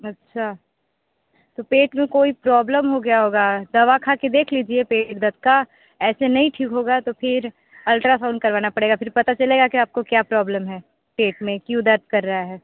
अच्छा तो पेट में कोई प्रॉब्लम हो गया होगा दवा खा के देख लीजिए पेट दर्द का ऐसे नहीं ठीक होगा तो फिर अल्ट्रासाउंड करवाना पड़ेगा फिर पता चलेगा कि आपको क्या प्रॉब्लम है पेट में क्यों दर्द कर रहा है